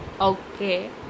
Okay